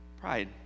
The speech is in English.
Pride